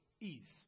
east